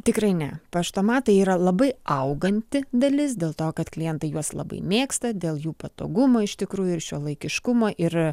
tikrai ne paštomatai yra labai auganti dalis dėl to kad klientai juos labai mėgsta dėl jų patogumo iš tikrųjų ir šiuolaikiškumo ir